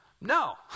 no